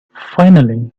finally